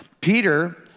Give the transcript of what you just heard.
Peter